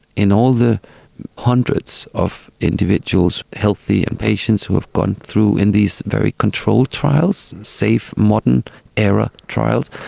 in all the hundreds of individuals, healthy and patients who have gone through in these very controlled trials, safe, modern era trials,